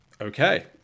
Okay